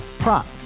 Prop